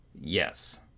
Yes